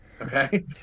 Okay